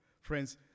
Friends